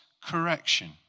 correction